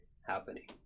happening